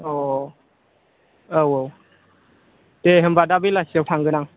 औ औ औ औ दे होनब्ला दा बेलासिआव थांगोन आं